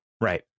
right